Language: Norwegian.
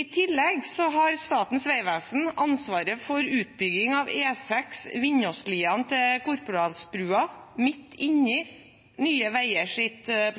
I tillegg har Statens vegvesen ansvaret for utbygging av E6 Vindåsliene til Korporalsbrua midt inne i Nye